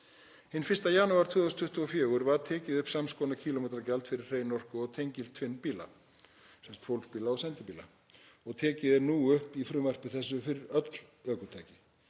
Hinn 1. janúar 2024 var tekið upp sams konar kílómetragjald fyrir hreinorku- og tengiltvinnbíla, þ.e. fólksbíla og sendibíla, og tekið er nú upp í frumvarpi þessu fyrir öll ökutæki.